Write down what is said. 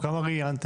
לא, כמה ראיינתם?